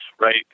right